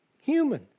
human